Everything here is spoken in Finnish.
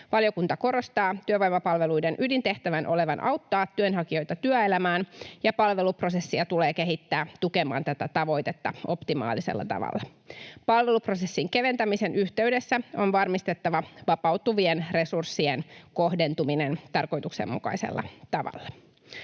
Valiokunta korostaa työvoimapalveluiden ydintehtävän olevan auttaa työnhakijoita työelämään, ja palveluprosessia tulee kehittää tukemaan tätä tavoitetta optimaalisella tavalla. Palveluprosessin keventämisen yhteydessä on varmistettava vapautuvien resurssien kohdentuminen tarkoituksenmukaisella tavalla.